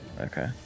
Okay